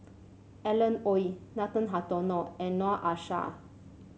Alan Oei Nathan Hartono and Noor Aishah